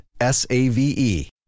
S-A-V-E